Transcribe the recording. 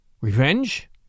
Revenge